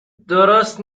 درست